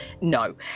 no